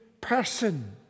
person